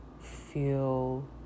feel